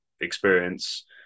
experience